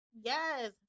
yes